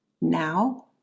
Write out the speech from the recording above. Now